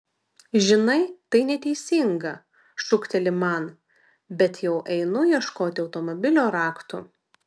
žinai tai neteisinga šūkteli man bet jau einu ieškoti automobilio raktų